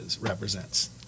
represents